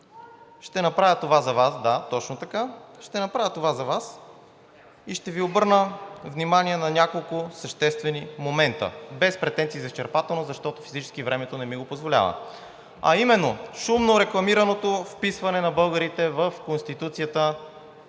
ще направя това за Вас и ще Ви обърна внимание на няколко съществени момента без претенции за изчерпателност, защото физически времето не ми го позволява, а именно шумно рекламираното вписване на българите в Конституцията